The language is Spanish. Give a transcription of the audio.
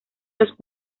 los